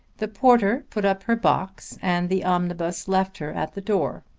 the porter put up her box and the omnibus left her at the door.